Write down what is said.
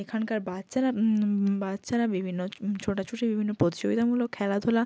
এখানকার বাচ্চারা বাচ্চারা বিভিন্ন ছোটাছুটি বিভিন্ন প্রতিযোগিতামূলক খেলাধূলা